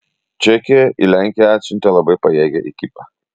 čekija į lenkiją atsiuntė labai pajėgią ekipą